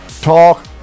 Talk